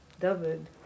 David